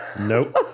Nope